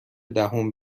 دهم